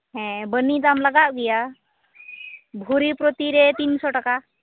ᱦᱮᱸ ᱵᱟᱹᱱᱤ ᱫᱟᱢ ᱞᱟᱜᱟᱜ ᱜᱮᱭᱟ ᱵᱷᱚᱨᱤ ᱯᱨᱚᱛᱤ ᱨᱮ ᱛᱤᱱᱥᱚ ᱴᱟᱠᱟ